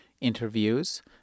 interviews